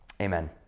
Amen